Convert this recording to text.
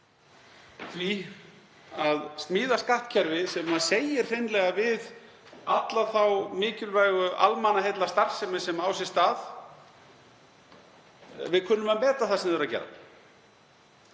því að smíða skattkerfi sem segir hreinlega við alla þá mikilvægu almannaheillastarfsemi sem á sér stað: Við kunnum að meta það sem þið eruð að gera.